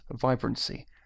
vibrancy